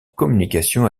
communication